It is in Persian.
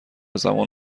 زمان